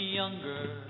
younger